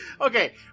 Okay